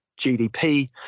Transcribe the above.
GDP